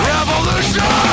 Revolution